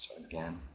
again